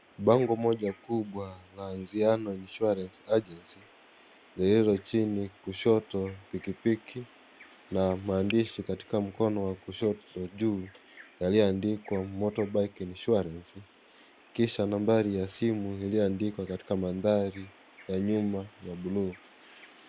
Bango moja kubwa la Anziano Insurance Agency lililochini kushoto pikipiki na maandishi katika mkono wakushoto juu yaliyoandikwa motorbike insurance kisha nambari ya simu iliyoandikwa katika mandhari ya nyuma ya buluu.